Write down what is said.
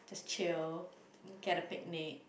chill get a picnic